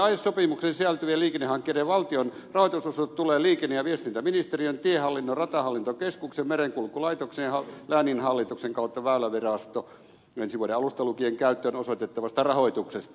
aiesopimukseen sisältyvien liikennehankkeiden valtion rahoitusosuus tulee liikenne ja viestintäministeriön tiehallinnon ratahallintokeskuksen merenkulkulaitoksen ja lääninhallituksen väylävirasto ensi vuoden alusta lukien käyttöön osoitettavasta rahoituksesta